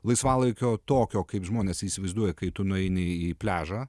laisvalaikio tokio kaip žmonės įsivaizduoja kai tu nueini į pliažą